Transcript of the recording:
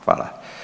Hvala.